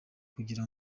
kugira